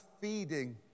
feeding